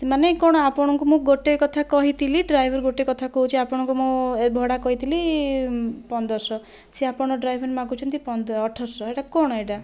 ମାନେ କ'ଣ ଆପଣଙ୍କୁ ମୁଁ ଗୋଟିଏ କଥା କହିଥିଲି ଡ୍ରାଇଭର ଗୋଟିଏ କଥା କହୁଛି ଆପଣଙ୍କୁ ମୁଁ ଏଇ ଭଡ଼ା କହିଥିଲି ପନ୍ଦରଶହ ସେ ଆପଣଙ୍କ ଡ୍ରାଇଭର ମାଗୁଛନ୍ତି ଅଠରଶହ ଏଇଟା କ'ଣ ଏଇଟା